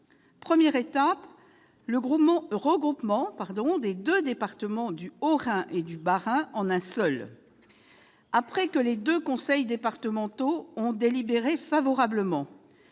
Première étape, le regroupement des départements du Haut-Rhin et du Bas-Rhin en un seul département. Après que les deux conseils départementaux ont délibéré favorablement,